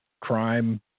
crime